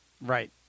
right